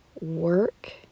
work